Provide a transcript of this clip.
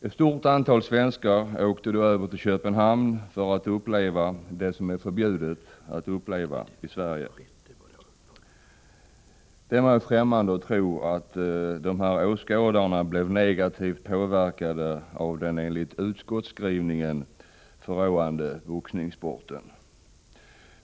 Ett stort antal svenskar åkte då över till Köpenhamn för att uppleva det som är förbjudet att uppleva i Sverige. Det är mig främmande att tro att dessa åskådare blev negativt påverkade av den enligt utskottsskrivningen förråande boxningssporten.